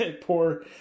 poor